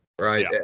right